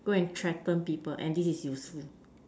go and threaten people and this is useful